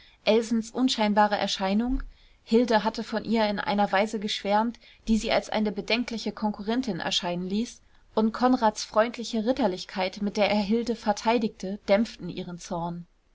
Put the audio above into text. elsens unscheinbare erscheinung hilde hatte von ihr in einer weise geschwärmt die sie als eine bedenkliche konkurrentin erscheinen ließ und konrads freundliche ritterlichkeit mit der er hilde verteidigte dämpften ihren zorn